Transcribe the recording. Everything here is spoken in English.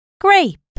Grape